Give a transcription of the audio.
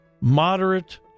moderate